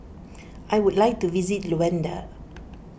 I would like to visit Luanda